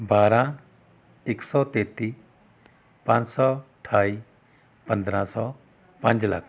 ਬਾਰਾਂ ਇੱਕ ਸੌ ਤੇਤੀ ਪੰਜ ਸੌ ਅਠਾਈ ਪੰਦਰਾਂ ਸੌ ਪੰਜ ਲੱਖ